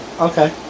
Okay